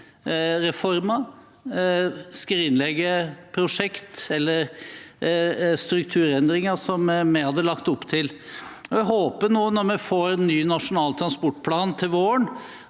reformer og skrinlegge prosjekt eller strukturendringer som vi hadde lagt opp til. Jeg håper at vi, når vi får en ny nasjonal transportplan til våren,